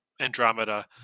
Andromeda